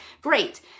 Great